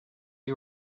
you